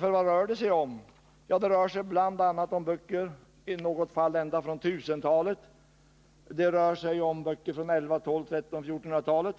Det rör sig ju om böcker ända från 1000-talet i något fall. Det rör sig om böcker från 1100-, 1200-, 1300 och 1400-talet.